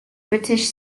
british